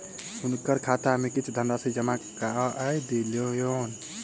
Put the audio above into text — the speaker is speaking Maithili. हुनकर खाता में किछ धनराशि जमा कय दियौन